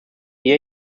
year